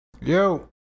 Yo